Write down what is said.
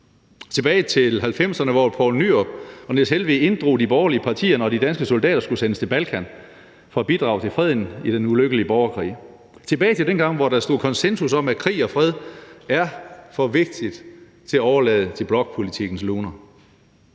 tilbage til 1990'erne, hvor Poul Nyrup Rasmussen og Niels Helveg Petersen inddrog de borgerlige partier, når de danske soldater skulle sendes til Balkan for at bidrage til freden i den ulykkelige borgerkrig. Vi ønsker at vende tilbage til dengang, hvor der var konsensus om, at krig og fred er for vigtigt til at overlade til blokpolitikkens luner.